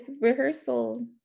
rehearsal